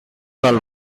del